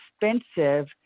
expensive